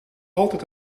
altijd